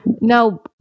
No